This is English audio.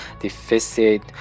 deficit